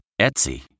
Etsy